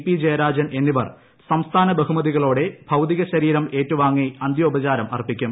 P Jayarajan എന്നിവർ സംസ്ഥാന ബഹുമതികളോടെ ഭൌതീകശരീരം ഏറ്റുവാങ്ങി അന്ത്യോപചാരം അർപ്പിക്കും